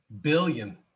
Billion